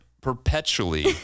perpetually